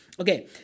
Okay